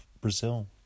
Brazil